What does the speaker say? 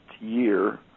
year